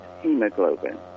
hemoglobin